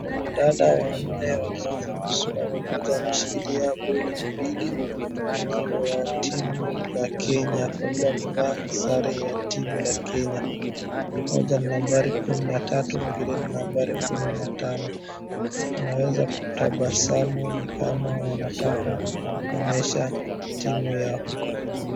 Wanadada wanne wanaweza kusimama mmoja ameshikilia boli mbili, ni wa timu la Kenya kwa vile wamevaa sare ya timu la timu la Kenya mmoja ni nambari kumi na tatu, mwingine ni nambari kumi na tano, wanaweza kutabasamu ni kama wanataka kuonyesha timu yao.